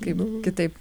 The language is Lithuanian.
kaip kitaip